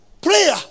prayer